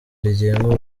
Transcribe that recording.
rigenga